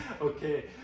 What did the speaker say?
Okay